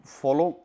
follow